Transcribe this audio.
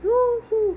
!woohoo!